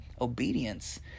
obedience